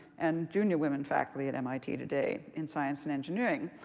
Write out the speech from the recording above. and junior women faculty at mit today in science and engineering.